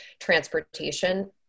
transportation